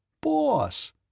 Boss